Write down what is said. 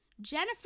Jennifer